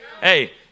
Hey